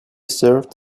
served